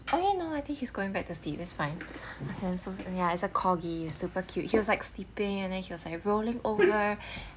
okay no I think he's going back to sleep is fine okay so and ya is a corgi is super cute he was like sleeping and then he was like rolling over